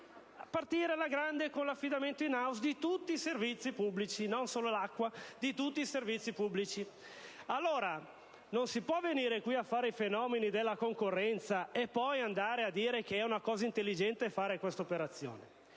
di partire alla grande con l'affidamento *in house* di tutti i servizi pubblici, non solo l'acqua. Allora, non si può venire qui a fare i "fenomeni" della concorrenza, e poi andare a dire che è una cosa intelligente fare questa operazione,